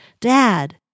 Dad